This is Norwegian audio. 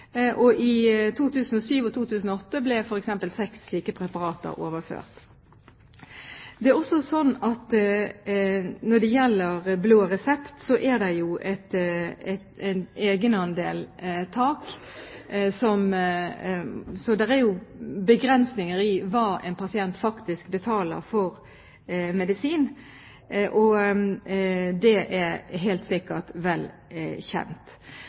I 2007 og 2008 ble f.eks. seks slike preparater overført. Det er også slik at når det gjelder blå resept, er det et egenandelstak, så det er begrensninger på hva en pasient faktisk betaler for medisin. Det er helt sikkert vel kjent.